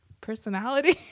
personality